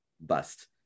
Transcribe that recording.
bust